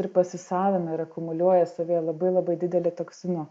ir pasisavina ir akumuliuoja savyje labai labai didelį toksinų